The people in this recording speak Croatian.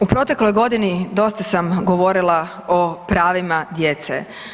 U protekloj godini dosta sam govorila o pravima djece.